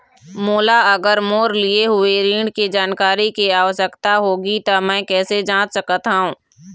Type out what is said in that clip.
मोला अगर मोर लिए हुए ऋण के जानकारी के आवश्यकता होगी त मैं कैसे जांच सकत हव?